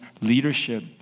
leadership